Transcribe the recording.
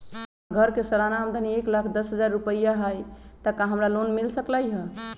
हमर घर के सालाना आमदनी एक लाख दस हजार रुपैया हाई त का हमरा लोन मिल सकलई ह?